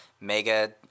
mega